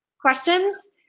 questions